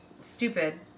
Stupid